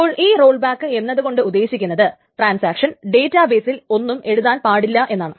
അപ്പോൾ ഈ roll back എന്നതു കൊണ്ട് ഉദ്ദേശിക്കന്നത് ട്രാൻസാക്ഷൻ ഡേറ്റാ ബെസിൽ ഒന്നും എഴുതുവാൻ പാടില്ല എന്നാണ്